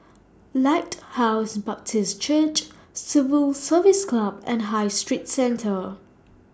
Lighthouse Baptist Church Civil Service Club and High Street Centre